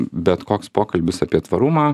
bet koks pokalbis apie tvarumą